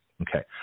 Okay